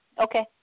Okay